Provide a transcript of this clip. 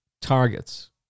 targets